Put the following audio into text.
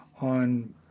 on